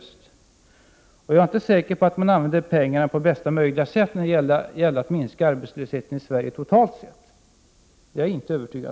Vidare är jag inte säker på att pengarna har använts på bästa möjliga sätt när det gällt att minska arbetslösheten i Sverige totalt sett.